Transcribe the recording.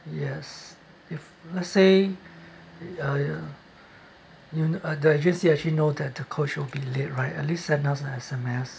yes if let's say uh you uh the agency actually know that the coach will be late right at least send us an S_M_S